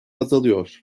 azalıyor